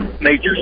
major